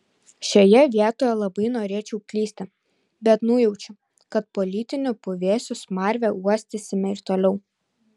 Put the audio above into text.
šioje vietoje labai norėčiau klysti bet nujaučiu kad politinių puvėsių smarvę uostysime ir toliau